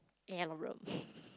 alarum